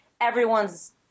everyone's